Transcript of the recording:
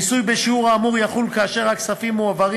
המיסוי בשיעור האמור יחול כאשר הכספים מועברים